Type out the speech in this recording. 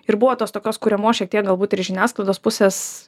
ir buvo tos tokios kuriamos šiek tiek galbūt ir iš žiniasklaidos pusės